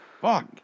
Fuck